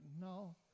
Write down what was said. No